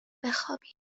بخابیم